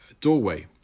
doorway